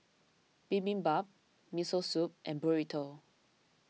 Bibimbap Miso Soup and Burrito